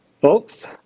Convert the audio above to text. folks